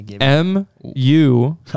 M-U